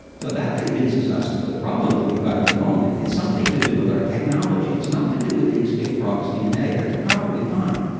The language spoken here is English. so that convinces us that the problem that we've got at the moment is something to do with our technology, it's not to do with the extinct frogs' dna, that's probably fine.